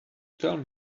tell